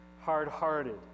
Hard-hearted